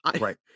Right